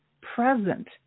present